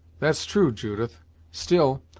that's true, judith still,